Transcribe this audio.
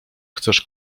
chcesz